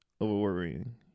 Over-worrying